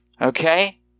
Okay